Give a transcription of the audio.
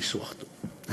ניסוח טוב,